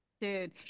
dude